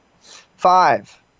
Five